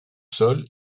sol